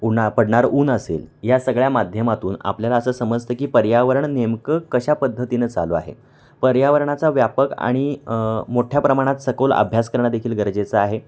उन्हा पडणार ऊन असेल या सगळ्या माध्यमातून आपल्याला असं समजतं की पर्यावरण नेमकं कशा पद्धतीनं चालू आहे पर्यावरणाचा व्यापक आणि मोठ्या प्रमाणात सखोल अभ्यास करणं देखील गरजेचं आहे